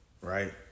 right